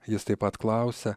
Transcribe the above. jis taip pat klausia